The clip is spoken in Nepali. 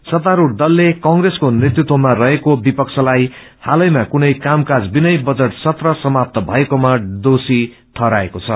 सत्तास्रढ़ दतले कंग्रेसको नेतृत्वमा रहेको विपक्षलाई हालैमा कुनै काम काज विनै बजट सत्र समाप्त भएकोमा दोषी ठहराएको छ